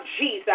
Jesus